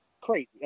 Crazy